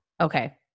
Okay